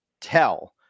tell